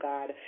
God